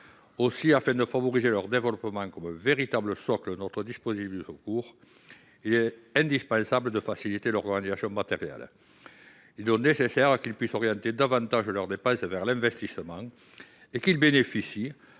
Aussi, afin de favoriser leur développement comme véritable socle de notre dispositif de secours, il est indispensable de faciliter leur organisation matérielle. Il est donc nécessaire qu'ils puissent orienter davantage leurs dépenses vers l'investissement et qu'ils bénéficient,